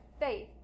faith